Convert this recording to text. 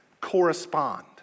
correspond